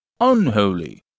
unholy